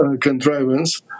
contrivance